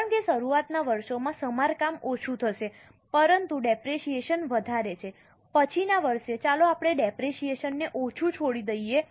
કારણ કે શરૂઆતના વર્ષોમાં સમારકામ ઓછું થશે પરંતુ ડેપરેશીયેશન વધારે છે પછીના વર્ષે ચાલો આપણે ડેપરેશીયેશનને ઓછું છોડી દઈએ